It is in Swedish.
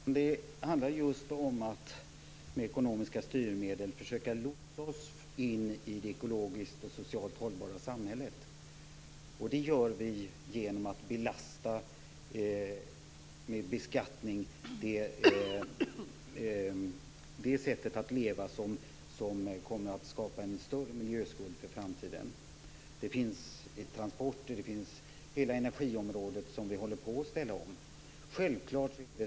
Fru talman! Det handlar om att med ekonomiska styrmedel försöka lotsa oss in i det ekologiskt och socialt hållbara samhället. Det gör vi genom att med beskattning belasta ett sätt att leva som skapar en större miljöskuld för framtiden. Det gäller då sådant som transporter och hela energiområdet, som vi håller på att ställa om.